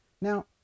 Now